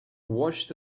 watched